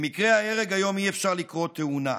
למקרה ההרג היום אי-אפשר לקרוא תאונה.